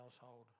household